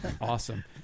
awesome